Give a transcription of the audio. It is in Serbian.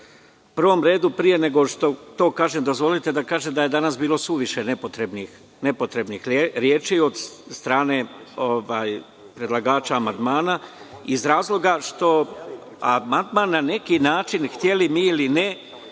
prvom redu, pre nego što to kažem, dozvolite da kažem da je danas bilo suviše nepotrebnih reči od strane predlagača amandmana, iz razloga što amandman na neki način, hteli mi ili ne,